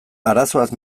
arazoaz